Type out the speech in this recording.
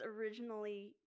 originally